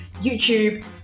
YouTube